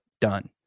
done